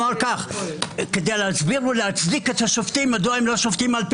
כדי להסביר ולהצדיק מדוע לא שופטים לפי